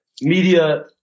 media